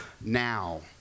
Now